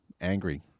angry